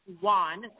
one